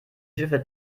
schiffe